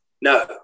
No